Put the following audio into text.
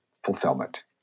fulfillment